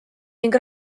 ning